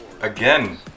again